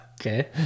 okay